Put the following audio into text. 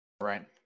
right